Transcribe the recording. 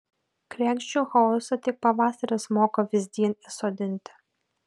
kregždžių chaosą tik pavasaris moka vyzdin įsodinti